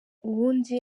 ubundi